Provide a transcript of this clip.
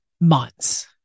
months